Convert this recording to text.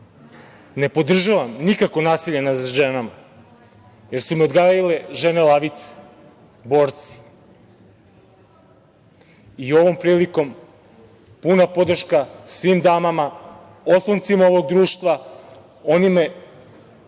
Ne podržavam nikakvo nasilje nad ženama jer su me odgajile žene lavice, borci. Ovom prilikom puna podrška svim damama, osloncima ovog društva, onima čija